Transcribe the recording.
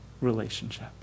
relationship